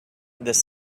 this